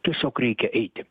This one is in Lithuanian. tiesiog reikia eiti